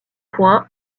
points